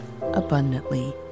abundantly